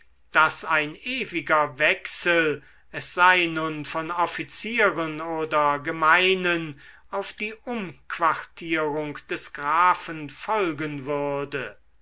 daß ein ewiger wechsel es sei nun von offizieren oder gemeinen auf die umquartierung des grafen folgen würde